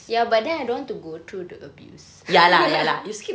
ya but then I don't want to go through the abuse